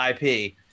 IP